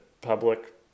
public